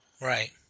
Right